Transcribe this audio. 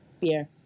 beer